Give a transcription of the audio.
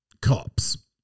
Cops